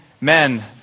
men